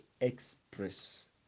express